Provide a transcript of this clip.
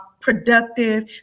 productive